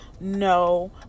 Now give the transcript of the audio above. no